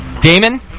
Damon